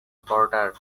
porter